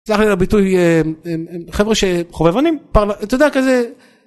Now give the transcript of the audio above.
סלח לי על הביטוי חבר'ה שחובבנים אתה יודע כזה.